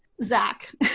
Zach